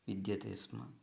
विद्यते स्म